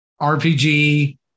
RPG